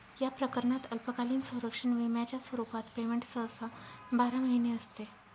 या प्रकरणात अल्पकालीन संरक्षण विम्याच्या स्वरूपात पेमेंट सहसा बारा महिने असते